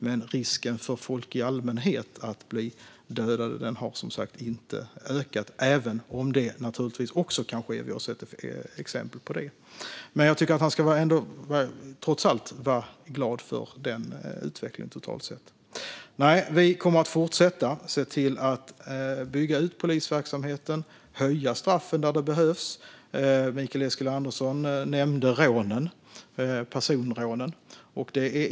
Men risken för folk i allmänhet att bli dödade har som sagt inte ökat, även om det naturligtvis också kan ske. Vi har sett exempel på det. Men jag tycker att Mikael Eskilandersson trots allt ska vara glad för utvecklingen totalt sett. Vi kommer att fortsätta bygga ut polisverksamheten och höja straffen när det behövs. Mikael Eskilandersson nämnde personrånen.